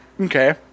Okay